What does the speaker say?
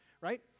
right